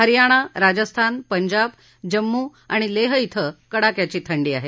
हरयाणा राजस्थान पंजाब जम्मू आणि लेह इथं कडाक्याची थंडी आहे